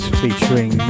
featuring